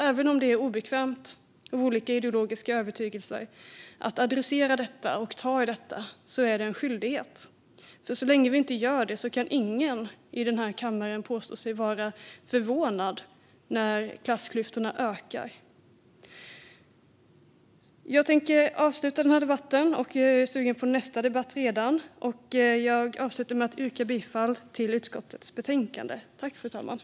Även om det är obekvämt av olika ideologiska övertygelser att adressera och ta i detta är det vår skyldighet, för så länge vi inte gör det kan ingen i den här kammaren påstå sig vara förvånad när klassklyftorna ökar. Jag tänker avsluta den här debatten och är redan sugen på nästa debatt. Jag avslutar med att yrka bifall till utskottets förslag i betänkandet.